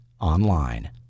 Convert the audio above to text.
online